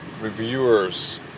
reviewers